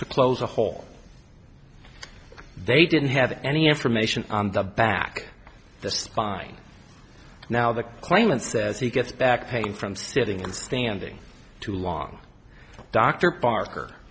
to close a hole they didn't have any information on the back of the spine now the claimant says he gets back pain from sitting and standing too long dr parker